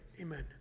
Amen